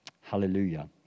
hallelujah